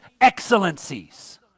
excellencies